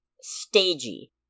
stagey